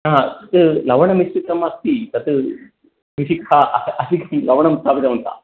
हा तत् लवणमिश्रितम् अस्ति तत् विशिखाः लवणं स्थापितवन्तः